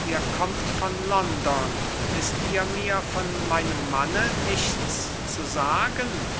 ihr kommt von london wißt ihr mir von meinem manne nichts zu sagen